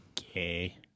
Okay